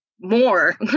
more